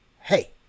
Hey